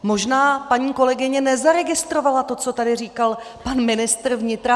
Možná paní kolegyně nezaregistrovala to, co tady říkal pan ministr vnitra Hamáček.